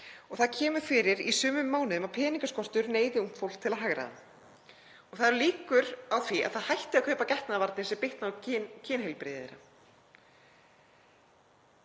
og það kemur fyrir í sumum mánuðum að peningaskortur neyði ungt fólk til að hagræða og það eru líkur á því að það hætti að kaupa getnaðarvarnir sem bitnar þá á kynheilbrigði